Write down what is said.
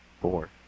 Four